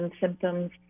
symptoms